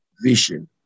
vision